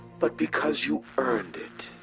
but because you earned it.